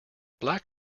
black